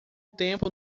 tempo